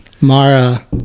Mara